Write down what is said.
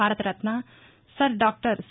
Bharat Ratna sir doctor C